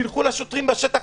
תלכו לשוטרים בשטח,